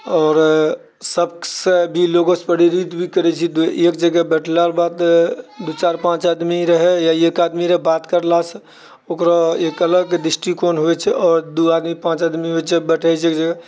आओर सभसँ भी लोगसँ परिरित भी करैत छियै एक जगह बैठलाकऽ बाद दू चारि पाँच आदमी रहय या एक आदमी रहय बात करलासँ ओकरो एक अलग दृष्टिकोण होइत छै आओर दू आदमी पाँच आदमी जब बैठय छै एक जगह